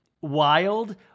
wild